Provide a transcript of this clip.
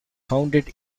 founded